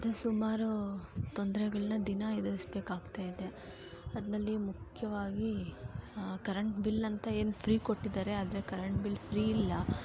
ಮತ್ತು ಸುಮಾರು ತೊಂದರೆಗಳ್ನ ದಿನಾ ಎದುರಿಸ್ಬೇಕಾಗ್ತಾಯಿದೆ ಅದ್ರಲ್ಲಿ ಮುಖ್ಯವಾಗಿ ಕರೆಂಟ್ ಬಿಲ್ ಅಂತ ಏನು ಫ್ರೀ ಕೊಟ್ಟಿದ್ದಾರೆ ಆದರೆ ಕರೆಂಟ್ ಬಿಲ್ ಫ್ರೀ ಇಲ್ಲ